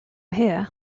here